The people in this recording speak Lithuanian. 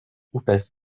upės